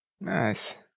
Nice